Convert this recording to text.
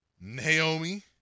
Naomi